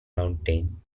mountains